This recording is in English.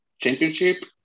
Championship